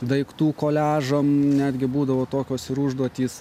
daiktų koliažo netgi būdavo tokios ir užduotys